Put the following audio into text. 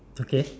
okay